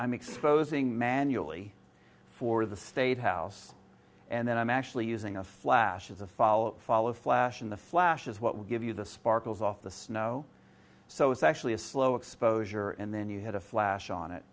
i'm exposing manually for the state house and then i'm actually using a flash is a follow follow flash in the flash is what will give you the sparkles off the snow so it's actually a slow exposure and then you had a flash